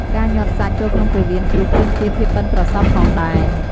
ការញាត់សាច់ ចូលក្នុងពោះវៀនជ្រូកទាមទារភាពប៉ិនប្រសប់ផងដែរ។